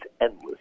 endless